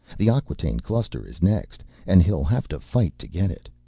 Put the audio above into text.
the acquataine cluster is next. and he'll have to fight to get it.